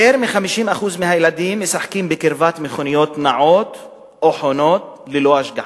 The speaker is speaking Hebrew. יותר מ-50% מהילדים משחקים בקרבת מכוניות נעות או חונות ללא השגחה.